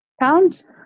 pounds